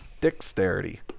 Dexterity